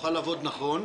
שנוכל לעבוד נכון.